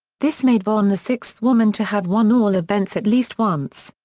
this made vonn the sixth woman to have won all events at least once.